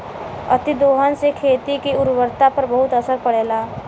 अतिदोहन से खेती के उर्वरता पर बहुत असर पड़ेला